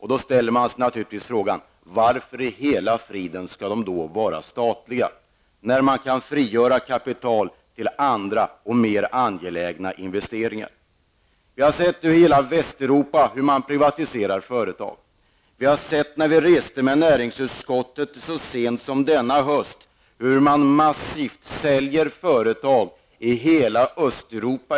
Man ställer sig naturligtvis frågan: Varför skall de vara statliga när man kan frigöra kapital till andra och mer angelägna investeringar? I hela Västeuropa har man privatiserat företag. I samband med näringsutskottets resa ute i Europa denna höst kunde vi konstatera hur företag säljs i hela Östeuropa.